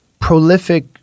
prolific